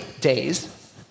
days